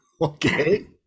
okay